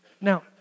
Now